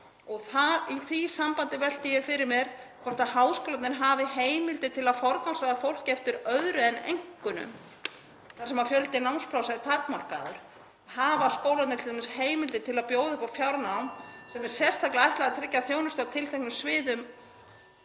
Í því sambandi velti ég fyrir mér hvort háskólarnir hafi heimildir til að forgangsraða fólki eftir öðru en einkunnum þar sem fjöldi námsplássa er takmarkaður. Hafa skólarnir t.d. heimildir til að bjóða upp á fjarnám sem er sérstaklega ætlað að tryggja þjónustu á tilteknum sviðum